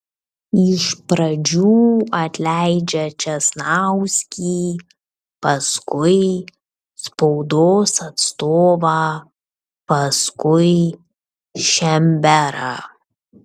iš pradžių atleidžia česnauskį paskui spaudos atstovą paskui šemberą